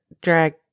drag